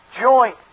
joint